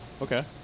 okay